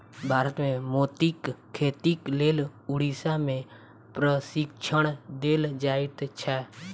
भारत मे मोतीक खेतीक लेल उड़ीसा मे प्रशिक्षण देल जाइत छै